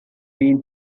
been